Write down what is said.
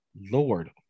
lord